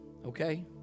Okay